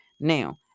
Now